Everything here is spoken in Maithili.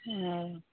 ओ